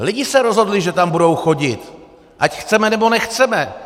Lidé se rozhodli, že tam budou chodit, ať chceme, nebo nechceme.